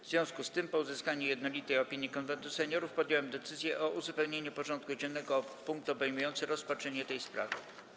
W związku z tym, po uzyskaniu jednolitej opinii Konwentu Seniorów, podjąłem decyzję o uzupełnieniu porządku dziennego o punkt obejmujący rozpatrzenie tej sprawy.